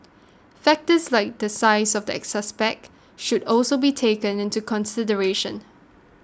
factors like the size of the suspect should also be taken into consideration